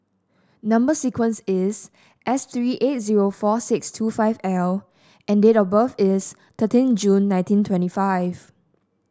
number sequence is S three eight zero four six two five L and date of birth is thirteen June nineteen twenty five